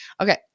Okay